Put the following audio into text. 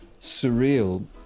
surreal